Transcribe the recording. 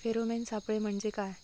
Pheromone सापळे म्हंजे काय?